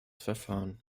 verfahren